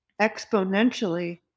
exponentially